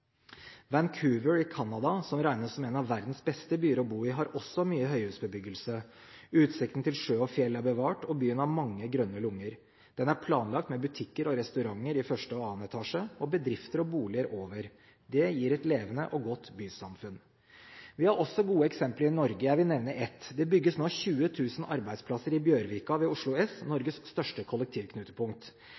i Canada, som regnes som en av verdens beste byer å bo i, har også mye høyhusbebyggelse. Utsikten til sjø og fjell er bevart, og byen har mange grønne lunger. Den er planlagt med butikker og restauranter i første og andre etasje, og bedrifter og boliger over. Det gir et levende og godt bysamfunn. Vi har også gode eksempler i Norge. Jeg vil nevne ett: Det bygges nå 20 000 arbeidsplasser i Bjørvika, ved Oslo S, Norges største kollektivknutepunkt.